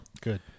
good